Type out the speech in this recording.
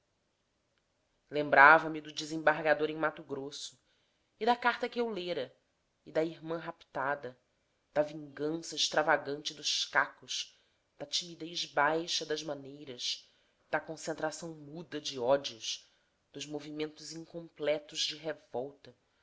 desprezo lembrava-me do desembargador em mato grosso e da carta que eu lera e da irmã raptada da vingança extravagante dos cacos da timidez baixa das maneiras da concentração muda de ódios dos movimentos incompletos de revolta